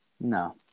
No